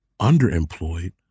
underemployed